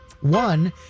One